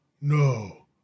no